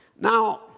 Now